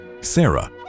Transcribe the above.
Sarah